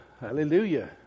Hallelujah